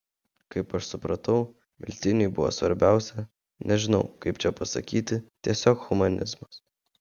kaip aš supratau miltiniui buvo svarbiausia nežinau kaip čia pasakyti tiesiog humanizmas